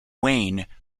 wayne